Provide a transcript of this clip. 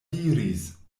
diris